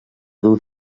dur